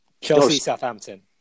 Chelsea-Southampton